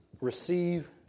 receive